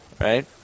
right